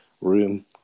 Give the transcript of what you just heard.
room